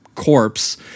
Corpse